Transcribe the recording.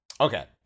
Okay